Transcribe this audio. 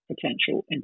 potential